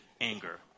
anger